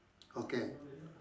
okay